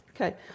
Okay